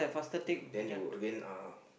you then you again uh